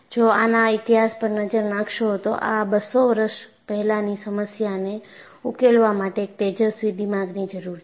જો આના ઈતિહાસ પર નજર નાખશો તો આ 200 વર્ષ પહેલાની સમસ્યાને ઉકેલવા માટે એક તેજસ્વી દિમાગની જરૂર છે